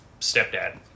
stepdad